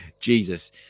Jesus